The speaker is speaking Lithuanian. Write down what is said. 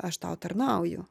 aš tau tarnauju